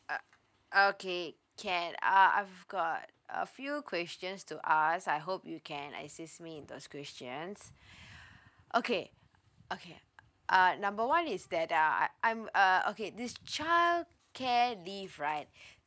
o~ okay can uh I've got a few questions to ask I hope you can assist me in those questions okay okay uh number one is that uh I~ I'm uh okay this childcare leave right